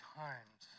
times